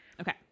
Okay